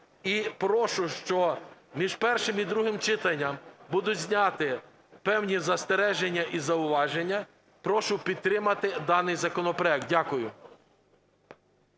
і прошу, що між першим і другим читанням будуть зняті певні застереження і зауваження, прошу підтримати даний законопроект, Дякую.